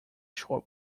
shop